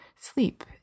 sleep